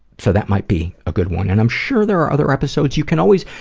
so that might be a good one. and i'm sure there are other episodes. you can always,